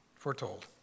Foretold